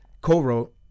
co-wrote